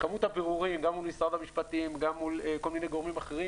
כמות הבירורים גם מול משרד המשפטים וגם מול גורמים אחרים